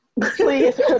Please